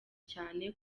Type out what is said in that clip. cyane